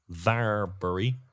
Varbury